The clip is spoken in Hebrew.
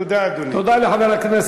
תודה, אדוני.